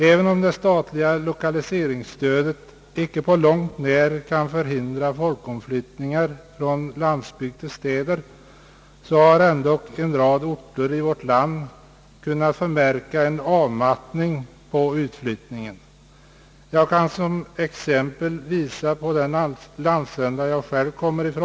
Även om det statliga lokaliseringsstödet icke på långt när kan förhindra folkomflyttningar från landsbygd till städer, har ändock en rad orter i vårt land kunnat förmärka en avmattning i avflyttningen. Jag kan som exempel peka på den landsända varifrån jag själv kommer.